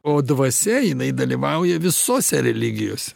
o dvasia jinai dalyvauja visose religijose